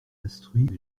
instruits